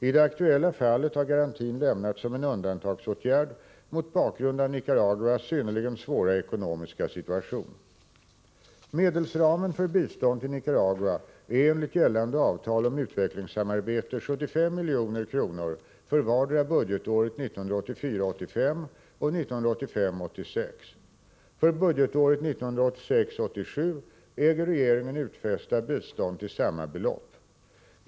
I det aktuella fallet har garantin lämnats som en undantagsåtgärd mot bakgrund av Nicaraguas synnerligen svåra ekonomiska situation. Medelsramen för bistånd till Nicaragua är enligt gällande avtal om utvecklingssamarbete 75 milj.kr. för vartdera budgetåret 1984 86. För budgetåret 1986/87 äger regeringen utfästa bistånd till samma belopp.